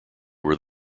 were